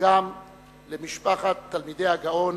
גם למשפחת תלמידי הגאון,